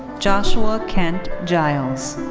joshua kent giles.